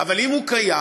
אבל אם הוא קיים,